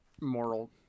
moral